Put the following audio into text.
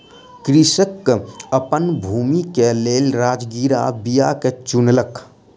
कृषक अपन भूमि के लेल राजगिरा बीया के चुनलक